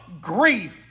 grief